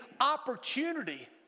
opportunity